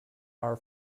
our